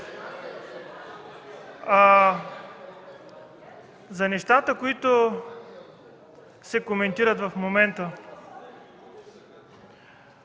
За нещата, които се коментират в момента,